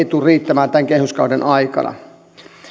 tule riittämään tämän kehyskauden aikana